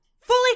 Fully